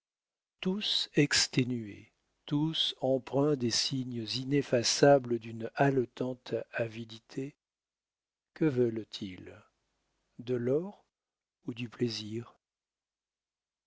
tous exténués tous empreints des signes ineffaçables d'une haletante avidité que veulent-ils de l'or ou du plaisir